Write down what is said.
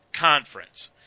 conference